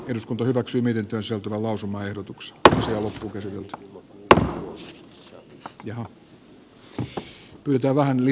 ensin päätetään liikenne ja viestintävaliokunnan mietinnön pohjalta ainoassa käsittelyssä sopimuksesta ja sitten toisessa käsittelyssä lakiehdotuksesta